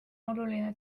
oluline